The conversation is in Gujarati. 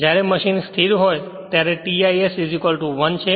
જ્યારે મશીન સ્થિર હોય ત્યારે tis 1 છે